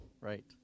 Right